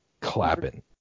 clapping